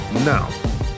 Now